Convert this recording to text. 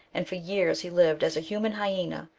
and for years he lived as a human hyaona,